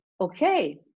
okay